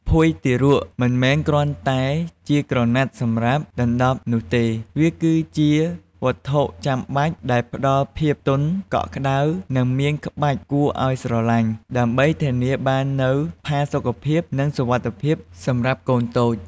ភួយទារក មិនមែនគ្រាន់តែជាក្រណាត់សម្រាប់ដណ្ដប់នោះទេ វាគឺជា វត្ថុចាំបាច់ ដែលផ្ដល់ភាព ទន់ កក់ក្តៅ និងមានក្បាច់គួរឲ្យស្រឡាញ់ ដើម្បីធានាបាននូវផាសុកភាព និងសុវត្ថិភាពសម្រាប់កូនតូច។